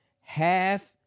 half